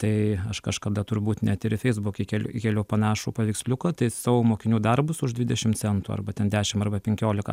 tai aš kažkada turbūt net ir į feisbuką įkeliu įkėliau panašų paveiksliuką taisau mokinių darbus už dvidešim centų arba ten dešim arba penkiolika